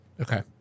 Okay